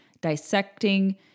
dissecting